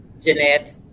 Jeanette